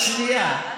זה בסדר,